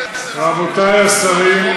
רבותי השרים,